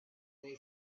they